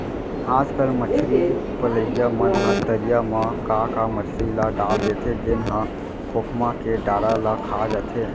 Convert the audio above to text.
आजकल मछरी पलइया मन ह तरिया म का का मछरी ल डाल देथे जेन ह खोखमा के डारा ल खा जाथे